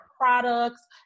products